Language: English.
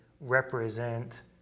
represent